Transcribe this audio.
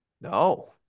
No